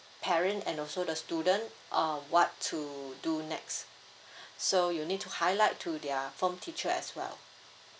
parent and also the student uh what to do next so you need to highlight to their form teacher as well